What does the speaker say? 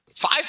Five